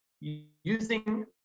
using